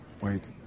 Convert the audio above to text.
wait